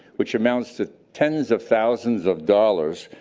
which amounts to tens of thousands of dollars,